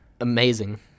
amazing